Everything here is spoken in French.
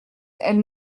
elle